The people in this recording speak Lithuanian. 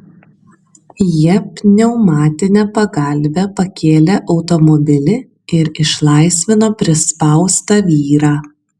jie pneumatine pagalve pakėlė automobilį ir išlaisvino prispaustą vyrą